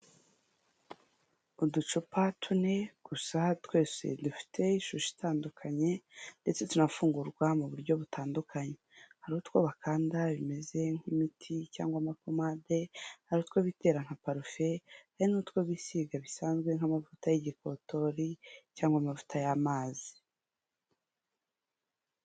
Uducupa tune gusa twose dufite ishusho itandukanye ndetse tunafungurwa mu buryo butandukanye, hari utw'abakanda bimeze nk'imiti cyangwa nka pomade, hari utwo bitera nka parufe, hari n'utwo bisiga bisanzwe nk'amavuta y'igikotori cyangwa amavuta y'amazi.